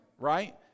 right